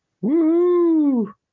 Woo